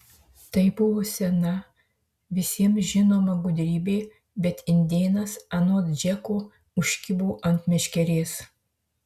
tai buvo sena visiems žinoma gudrybė bet indėnas anot džeko užkibo ant meškerės